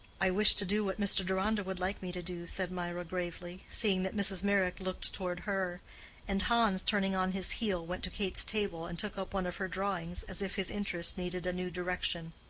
i wish to do what mr. deronda would like me to do, said mirah, gravely, seeing that mrs. meyrick looked toward her and hans, turning on his heel, went to kate's table and took up one of her drawings as if his interest needed a new direction.